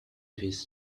his